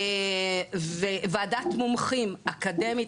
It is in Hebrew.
ועדת מומחים אקדמית.